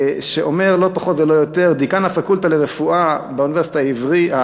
שאומר לא פחות ולא יותר אלא דיקן הפקולטה לרפואה באוניברסיטה העברית: